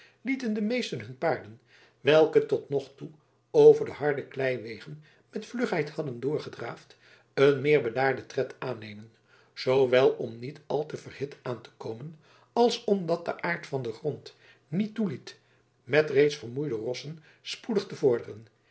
lieten de meesten hun paarden welke tot nog toe over de harde kleiwegen met vlugheid hadden doorgedraafd een meer bedaarden tred aannemen zoowel om niet al te verhit aan te komen als omdat de aard van den grond niet toeliet met reeds vermoeide rossen spoedig te vorderen